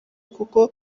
kuko